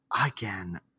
Again